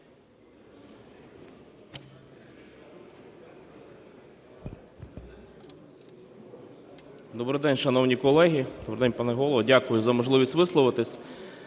Добрий день, шановні колеги! Добрий день, пане Голово! Дякую за можливість висловитися.